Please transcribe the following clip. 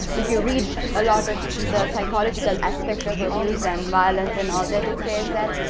if you read a lot of the psychological aspect of abuse and violence and all that it says that.